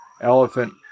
elephant